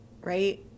right